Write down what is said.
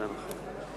זה נכון.